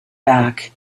back